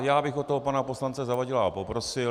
Já bych o to pana poslance Zavadila poprosil.